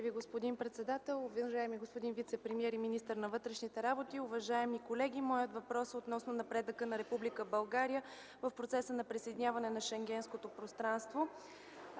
Благодаря, господин председател. Уважаеми господин вицепремиер и министър на вътрешните работи, уважаеми колеги! Моят въпрос е относно напредъка на Република България в процеса на присъединяване към Шенгенското пространство.